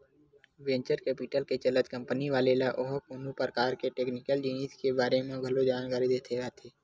venture capital के चलत company वाले ल ओहा कोनो परकार के टेक्निकल जिनिस के बारे म घलो जानकारी देवाथे